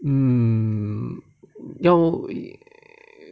mm 要